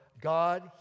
God